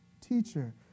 teacher